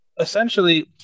essentially